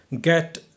get